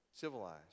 civilized